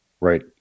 right